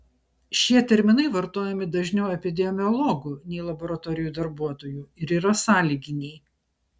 šie terminai vartojami dažniau epidemiologų nei laboratorijų darbuotojų ir yra sąlyginiai